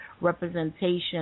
representation